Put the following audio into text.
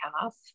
half